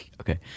Okay